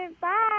Bye